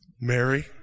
Mary